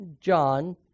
John